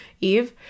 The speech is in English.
Eve